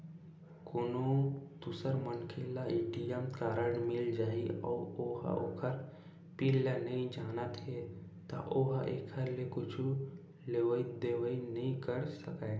कोनो दूसर मनखे ल ए.टी.एम कारड मिल जाही अउ ओ ह ओखर पिन ल नइ जानत हे त ओ ह एखर ले कुछु लेवइ देवइ नइ कर सकय